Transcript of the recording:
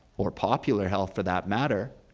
or popular health for that matter,